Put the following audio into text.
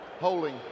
Holding